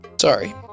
Sorry